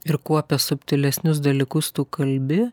ir kuo apie subtilesnius dalykus tu kalbi